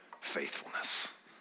faithfulness